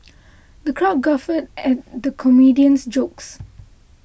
the crowd guffawed at the comedian's jokes